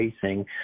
facing